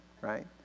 right